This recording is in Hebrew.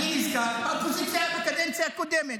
אני נזכר באופוזיציה בקדנציה הקודמת.